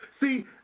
See